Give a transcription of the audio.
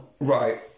Right